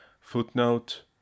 Footnote